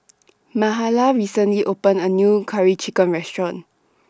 Mahala recently opened A New Curry Chicken Restaurant